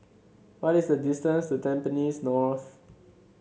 what is the distance to Tampines North